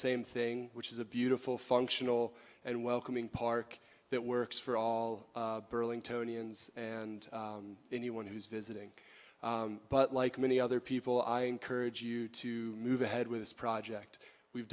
same thing which is a beautiful functional and welcoming park that works for all burling tony and anyone who's visiting but like many other people i encourage you to move ahead with this project we've